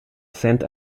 sent